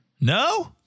No